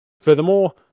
Furthermore